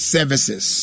Services